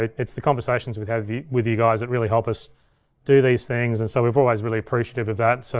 it's the conversations we've had with you guys that really help us do these things, and so we've always really appreciative of that. so